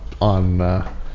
on